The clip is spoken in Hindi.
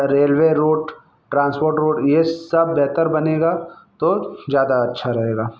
रेलवे रोड ट्रांसपोर्ट रोड यह सब बेहतर बनेगा तो ज़्यादा अच्छा रहेगा